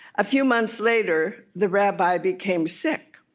a few months later, the rabbi became sick.